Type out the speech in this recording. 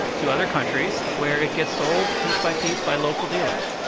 to other countries, where it gets sold piece by piece by local dealers.